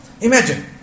Imagine